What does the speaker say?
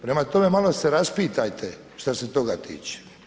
Prema tome, malo se raspitate, što se toga tiče.